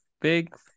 Big